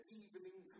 evening